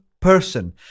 person